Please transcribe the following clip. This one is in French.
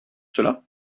cela